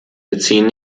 beziehen